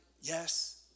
yes